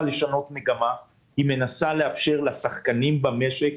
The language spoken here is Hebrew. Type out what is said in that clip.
לשנות מגמה אלא מנסה לאפשר לשחקנים במשק